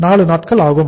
4 நாட்கள் ஆக இருக்கும்